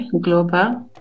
Global